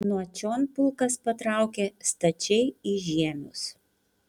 nuo čion pulkas patraukė stačiai į žiemius